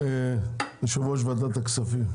יושב-ראש ועדת הכספים.